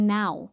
now